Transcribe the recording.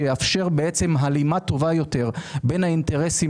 שיאפשר הלימה טובה יותר בין האינטרסים